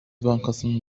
bankasının